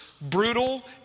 brutal